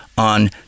on